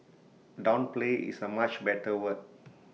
downplay is A much better word